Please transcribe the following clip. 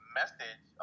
message